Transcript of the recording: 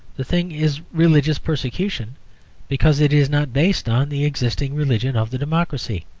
the thing is religious persecution because it is not based on the existing religion of the democracy.